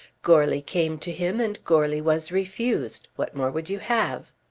goarly came to him, and goarly was refused. what more would you have?